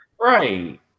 Right